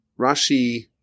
Rashi